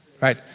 Right